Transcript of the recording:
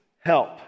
help